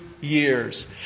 years